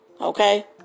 Okay